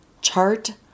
chart